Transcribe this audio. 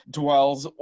dwells